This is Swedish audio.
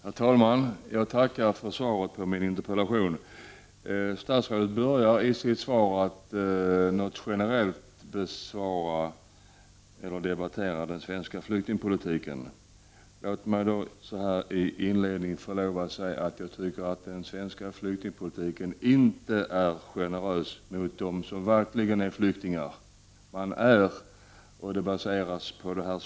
Herr talman! Jag tackar för svaret på min interpellation. Statsrådet börjar sitt svar med att generellt debattera den svenska flyktingpolitiken. Låt mig så här inledningsvis få säga att jag tycker att den svenska flyktingpolitiken inte är generös mot dem som verkligen är flyktingar. Jag baserar detta på statsrådets svar.